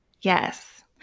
Yes